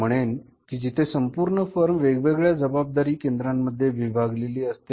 मी म्हणेन की जिथे संपूर्ण फर्म वेगवेगळ्या जबाबदारी केंद्रांमध्ये विभागलेली असते